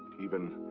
even.